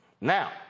Now